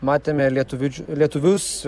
matėme lietuvič lietuvius